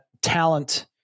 talent